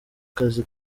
kazi